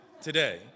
today